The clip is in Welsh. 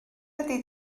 ydy